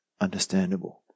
understandable